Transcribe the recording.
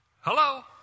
Hello